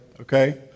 Okay